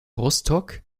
rostock